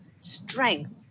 strength